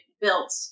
built